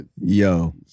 Yo